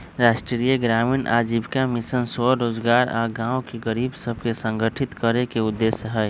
राष्ट्रीय ग्रामीण आजीविका मिशन स्वरोजगार आऽ गांव के गरीब सभके संगठित करेके उद्देश्य हइ